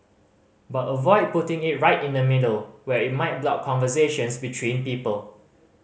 but avoid putting it right in the middle where it might block conversations between people